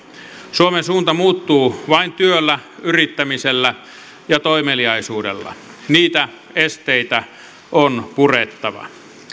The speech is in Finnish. suomen suunta muuttuu vain työllä yrittämisellä ja toimeliaisuudella niitä esteitä on purettava